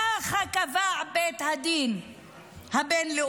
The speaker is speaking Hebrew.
ככה קבע בית הדין הבין-לאומי,